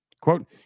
quote